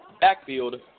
backfield